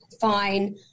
Fine